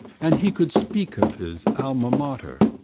and he could speak of his alma mater,